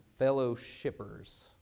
fellowshippers